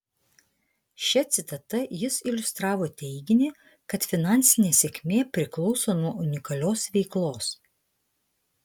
šia citata jis iliustravo teiginį kad finansinė sėkmė priklauso nuo unikalios veiklos